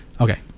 Okay